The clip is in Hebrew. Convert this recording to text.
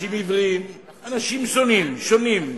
אנשים עיוורים, אנשים שונים,